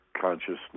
consciousness